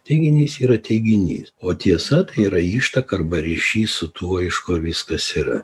teiginys yra teiginys o tiesa yra ištaka arba ryšys su tuo iš kur viskas yra